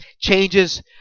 changes